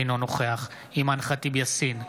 אינו נוכח אימאן ח'טיב יאסין,